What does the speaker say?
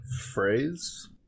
Phrase